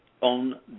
On